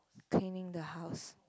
cleaning the house